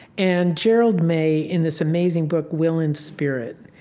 and gerald may, in this amazing book will and spirit,